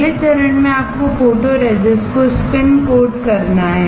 अगले चरण में आपको फोटोरेसिस् को स्पिन कोट करना है